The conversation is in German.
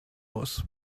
muss